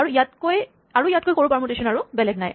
আৰু ইয়াতকৈ সৰু পাৰমুটেচন আৰু বেলেগ নাই